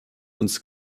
uns